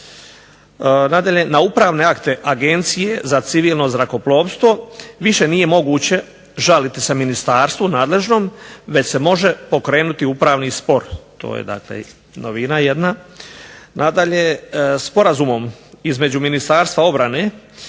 Nadalje, na upravne akte Agencije za civilno zrakoplovstvo više nije moguće žaliti se ministarstvu nadležnom već se može pokrenuti upravni spor. To je dakle novina jedna. Nadalje, sporazumom između Ministarstva obrane